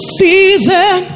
season